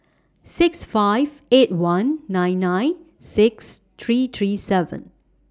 six five eight one nine nine six three three seven